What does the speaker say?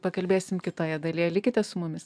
pakalbėsim kitoje dalyje likite su mumis